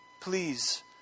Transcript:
Please